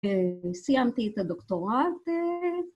סיימתי את הדוקטורט